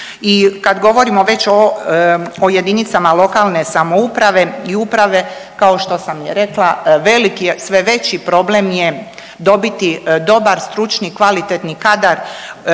I kad govorimo već o jedinicama lokalne samouprave i uprave kao što sam i rekla veliki je, sve veći problem je dobiti dobar stručni kvalitetni kadar